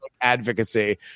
advocacy